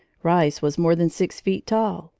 rice was more than six feet tall,